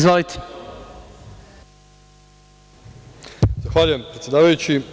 Zahvaljujem, predsedavajući.